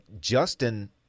Justin –